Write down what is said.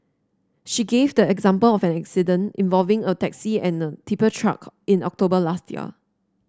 she gave the example of an accident involving a taxi and a tipper truck in October last year